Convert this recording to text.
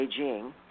Beijing